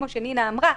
כמו שנינא אמרה,